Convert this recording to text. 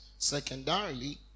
secondarily